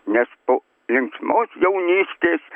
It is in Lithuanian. nes po linksmos jaunystės